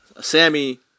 Sammy